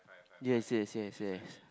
yes yes yes yes